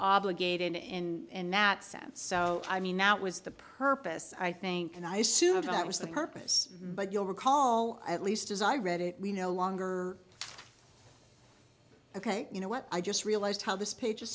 obligated in that sense i mean that was the purpose i think and i assumed that was the purpose but you'll recall at least as i read it we no longer ok you know what i just realized how this page